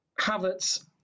Havertz